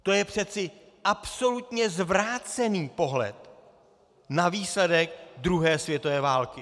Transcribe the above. To je přece absolutně zvrácený pohled na výsledek druhé světové války!